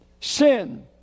Sin